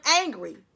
angry